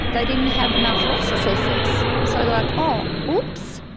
they didn't have enough loss assessors, so they're like, oh oops.